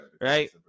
right